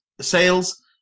sales